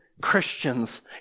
Christians